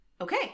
Okay